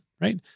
Right